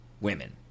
women